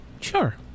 Sure